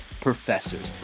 professors